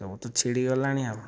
ସବୁ ତ ଛିଡ଼ି ଗଲାଣି ଆଉ